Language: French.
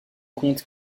compte